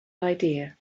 idea